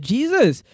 Jesus